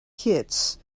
kits